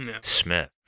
Smith